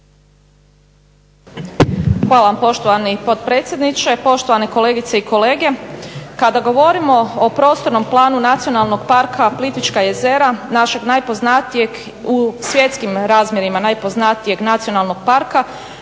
Hvala vam poštovani potpredsjedniče, poštovane kolegice i kolege. Kada govorimo o Prostornom planu Nacionalnog parka Plitvička jezera našeg najpoznatijeg u svjetskim razmjerima najpoznatijeg